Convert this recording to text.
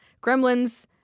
gremlins